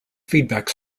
feedback